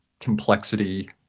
complexity